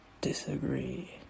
disagree